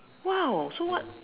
!wow! so what ah